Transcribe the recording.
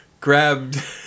grabbed